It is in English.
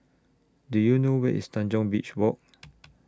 Do YOU know Where IS Tanjong Beach Walk